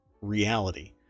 reality